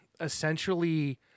essentially